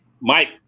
Mike